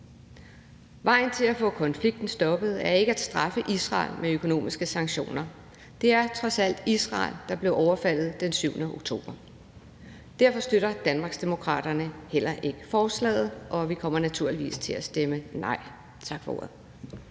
Vejen til at få konflikten stoppet er ikke at straffe Israel med økonomiske sanktioner. Det er trods alt Israel, der blev overfaldet den 7. oktober. Derfor støtter Danmarksdemokraterne heller ikke forslaget, og vi kommer naturligvis til at stemme nej. Tak for ordet.